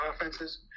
offenses